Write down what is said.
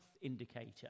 indicator